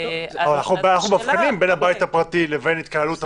אנחנו מבחינים בין הבית הפרטי לבין התקהלות המונית.